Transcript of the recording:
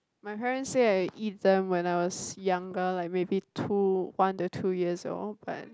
my parents say I eat them when I was younger like maybe two one to two years old but